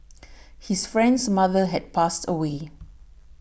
his friend's mother had passed away